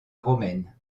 romaine